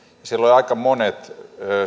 olivat aika monet